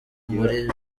muri